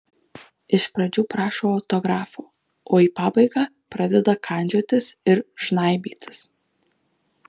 iš pradžių prašo autografo o į pabaigą pradeda kandžiotis ir žnaibytis